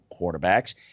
quarterbacks